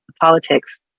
politics